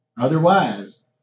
Otherwise